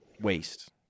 Waste